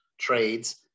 trades